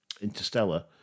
Interstellar